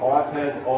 iPads